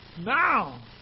now